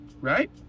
right